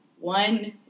one